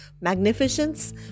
magnificence